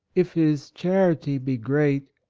if his charity be great,